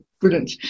brilliant